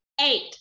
eight